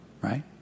Right